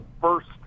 first